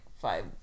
five